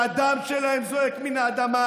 והדם שלהם זועק מן האדמה,